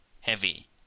heavy